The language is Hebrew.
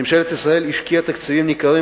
ממשלת ישראל השקיעה תקציבים ניכרים,